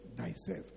thyself